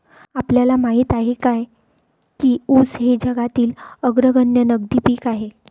आपल्याला माहित आहे काय की ऊस हे जगातील अग्रगण्य नगदी पीक आहे?